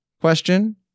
question